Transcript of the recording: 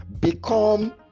become